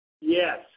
Yes